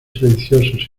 silenciosos